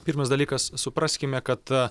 pirmas dalykas supraskime kad